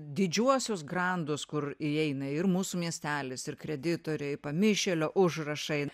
didžiuosius grandus kur įeina ir mūsų miestelis ir kreditoriai pamišėlio užrašai